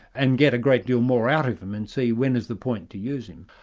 and get a great deal more out of him and see when is the point to use him.